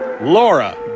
Laura